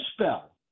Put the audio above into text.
spell